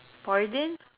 or you didn't